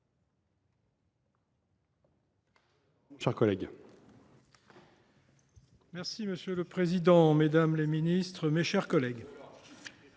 mes chers collègues,